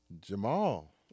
Jamal